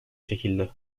çekildi